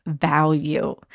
value